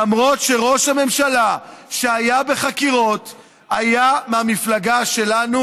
למרות שראש הממשלה שהיה בחקירות היה מהמפלגה שלנו,